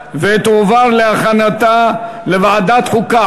הצעת מועמדים לכהונת נשיא המדינה) לדיון מוקדם בוועדת החוקה,